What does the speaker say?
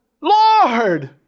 Lord